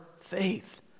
faith